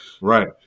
Right